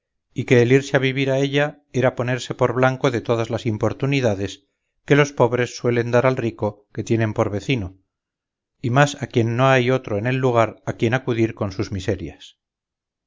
y que el irse a vivir a ella era ponerse por blanco de todas las importunidades que los pobres suelen dar al rico que tienen por vecino y más cuando no hay otro en el lugar a quien acudir con sus miserias